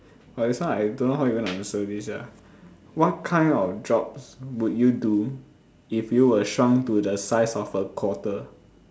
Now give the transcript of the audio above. !wah! this one I don't know how even answer this sia what kind of jobs will you do if you were shrunk to the size of a quarter